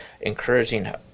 Encouraging